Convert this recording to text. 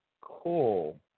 cool